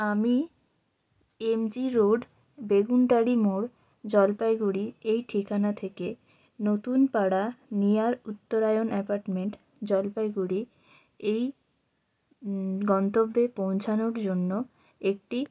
আমি M G road Beguntari মোড় জলপাইগুড়ি এই ঠিকানা থেকে নতুন পাড়া নিয়ার উত্তরায়ণ অ্যাপার্টমেন্ট জলপাইগুড়ি এই গন্তব্যের পৌঁছানোর জন্য একটি